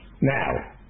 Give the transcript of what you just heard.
Now